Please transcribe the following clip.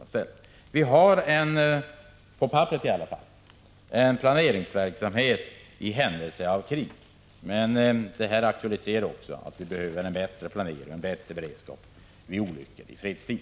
Vi har, i varje fall på papperet, en planeringsverksamhet i händelse av krig. Det inträffade aktualiserar frågan om bättre planering och beredskap vid olyckor i fredstid.